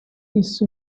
this